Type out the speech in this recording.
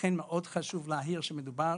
לכן מאוד חשוב להעיר, שמדובר